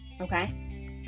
okay